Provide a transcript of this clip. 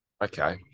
Okay